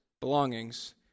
belongings